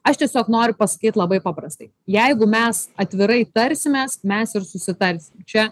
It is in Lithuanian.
aš tiesiog noriu pasakyt labai paprastai jeigu mes atvirai tarsimės mes ir susitarsim čia